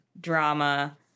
drama